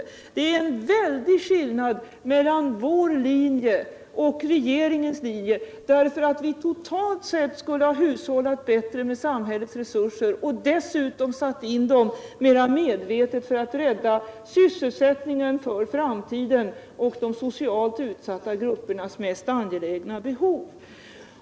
Det är en väldig skillnad mellan vår linje och regeringens. Vi skulle totalt sett ha hushållat bättre med samhällets resurser och dessutom satt in dem mera medvetet för att rädda sysselsättningen i framtiden och för att tillgodose de socialt utsatta gruppernas mest angelägna behov.